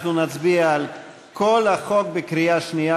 אנחנו נצביע על כל החוק בקריאה שנייה,